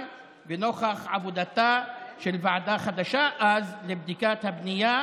ונוכח עבודתה של ועדה חדשה לבדיקת הבנייה,